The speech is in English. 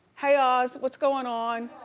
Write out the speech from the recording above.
hey oz, what's going on?